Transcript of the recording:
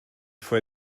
faut